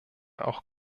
auch